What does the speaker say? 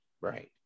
right